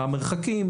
מה המרחקים.